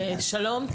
שלום,